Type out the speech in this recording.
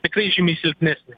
tikrai žymiai silpnesnė